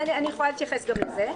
אני יכולה להתייחס גם לזה.